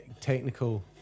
Technical